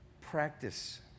Practice